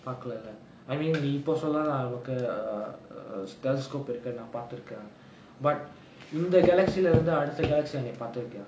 பாக்கலல:paakkalala I mean நீ இப்ப சொல்ல அளவுக்கு:nee ippa solla alavukku telescope இருக்கு நா பாத்துருக்க:irukku naa paathurukka but இந்த:intha galaxy lah இருந்து அடுத்த:irunthu adutha galaxy நீ பாத்துறிக்கியா:nee paathurikkiyaa